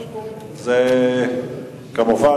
כמובן,